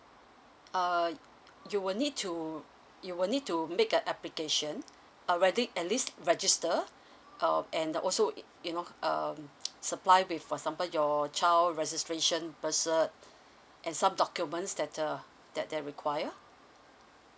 uh you will need to you will need to make an application at least register uh and also yo~ you know um supply with for example your child registration birth cert and some documents that uh that that require